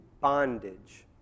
bondage